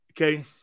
Okay